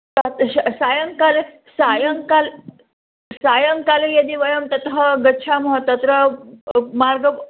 तात् श सायङ्काले सायङ्काले सायङ्काले यदि वयं ततः गच्छामः तत्र मार्गः